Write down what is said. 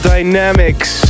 Dynamics